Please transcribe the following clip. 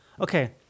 okay